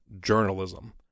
journalism